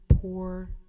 poor